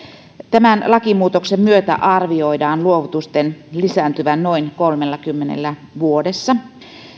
tämän lakimuutoksen myötä arvioidaan luovutusten lisääntyvän noin kolmellakymmenellä vuodessa